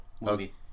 Movie